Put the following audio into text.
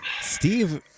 Steve